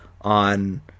on